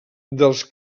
dels